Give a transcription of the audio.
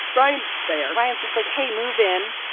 ryan's there. ryan's just like, hey, move in.